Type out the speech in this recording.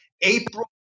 april